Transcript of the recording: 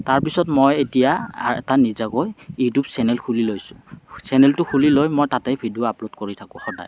তাৰপিছত মই এতিয়া এটা নিজাকৈ ইউটিউব চেনেল খুলি লৈছোঁ চেনেলটো খুলিলৈ মই তাতে ভিডিঅ' আপলোড কৰি থাকোঁ সদায়